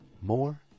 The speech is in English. more